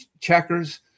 checkers